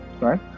right